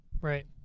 Right